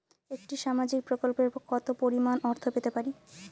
একটি সামাজিক প্রকল্পে কতো পরিমাণ অর্থ পেতে পারি?